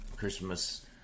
Christmas